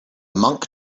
monk